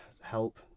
help